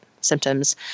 symptoms